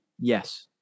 yes